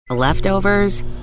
Leftovers